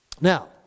Now